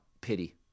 pity